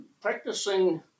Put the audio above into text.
practicing